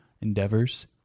endeavors